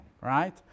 right